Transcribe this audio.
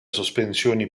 sospensioni